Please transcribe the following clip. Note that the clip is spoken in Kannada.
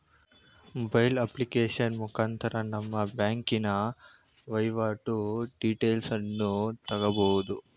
ಮೊಬೈಲ್ ಅಪ್ಲಿಕೇಶನ್ ಮುಖಾಂತರ ನಮ್ಮ ಬ್ಯಾಂಕಿನ ವೈವಾಟು ಡೀಟೇಲ್ಸನ್ನು ತಕ್ಕಬೋದು